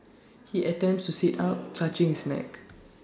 he attempts to sit up clutching his neck